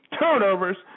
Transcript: turnovers